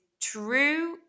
true